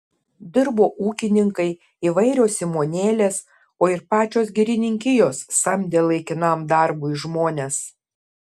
dirbo ūkininkai įvairios įmonėlės o ir pačios girininkijos samdė laikinam darbui žmones